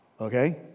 Okay